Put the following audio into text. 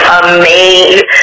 amazing